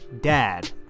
dad